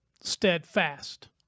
steadfast